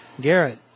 Garrett